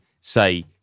say